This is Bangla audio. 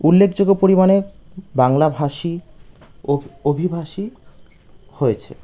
উল্লেখযোগ্য পরিমাণে বাংলাভাষী ও অভিভাষী হয়েছে